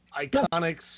Iconics